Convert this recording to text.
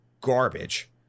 garbage